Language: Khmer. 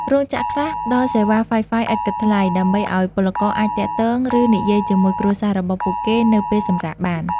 រោងចក្រខ្លះផ្តល់សេវា Wi-Fi ឥតគិតថ្លៃ ដើម្បីឱ្យពលករអាចទាក់ទង ឬនិយាយជាមួយគ្រួសាររបស់ពួកគេនៅពេលសម្រាកបាន។